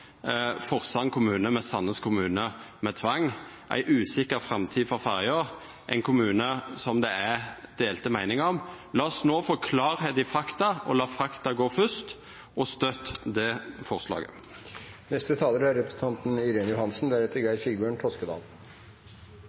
Forsand kommune med Sandnes kommune med tvang – ei usikker framtid for ferja, ein kommune som det er delte meiningar om. La oss no få klart kva som er fakta, og la fakta gå fyrst. Støtt det forslaget! Jeg har hørt under hele debatten i dag regjeringspartiene understreke at dette er